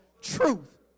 truth